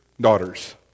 daughters